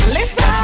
Listen